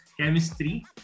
chemistry